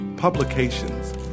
publications